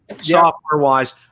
Software-wise